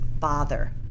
father